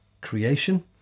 creation